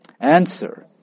Answer